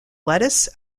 lettuce